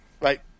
Right